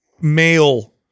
male